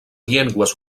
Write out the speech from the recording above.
llengües